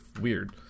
weird